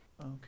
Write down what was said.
Okay